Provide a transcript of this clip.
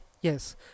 yes